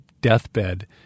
deathbed